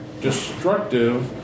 destructive